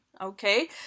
okay